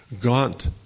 gaunt